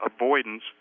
avoidance